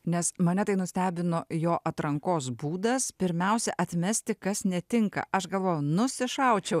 nes mane tai nustebino jo atrankos būdas pirmiausia atmesti kas netinka aš galvoju nusišaučiau